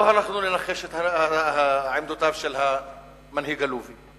אנחנו לא הלכנו לנחש את עמדותיו של המנהיג הלובי.